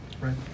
Right